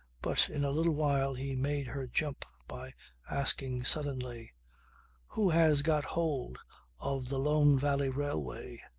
but in a little while he made her jump by asking suddenly who has got hold of the lone valley railway?